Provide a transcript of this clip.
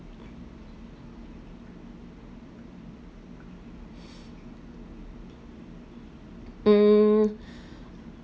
mm